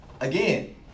again